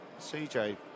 CJ